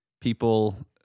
people